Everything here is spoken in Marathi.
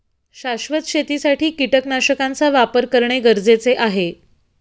शाश्वत शेतीसाठी कीटकनाशकांचा वापर करणे गरजेचे आहे